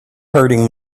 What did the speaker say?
hurting